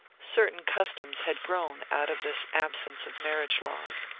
certain customs had grown out of this absence of marriage laws.